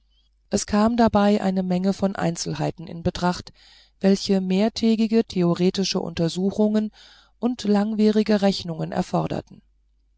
es kam dabei eine menge von einzelheiten in betracht welche mehrtägige theoretische untersuchungen und langwierige rechnungen erforderten